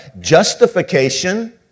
justification